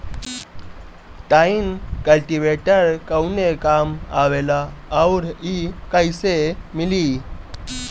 Tine cultivator कवने काम आवेला आउर इ कैसे मिली?